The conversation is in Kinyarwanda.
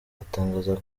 atangaza